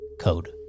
code